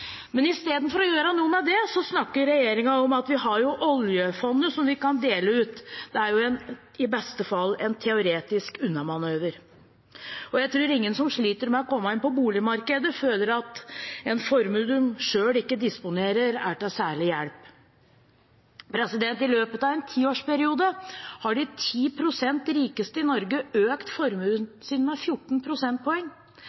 Men istedenfor å gjøre noe med det, snakker regjeringen om at vi har oljefondet vi kan dele ut. Det er jo i beste fall en teoretisk unnamanøver. Jeg tror ingen som sliter med å komme inn på boligmarkedet, føler at en formue en selv ikke disponerer, er til særlig hjelp. I løpet av en tiårsperiode har de 10 pst. rikeste i Norge økt formuen